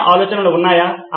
ఏదైనా ఆలోచనలు ఉన్నాయా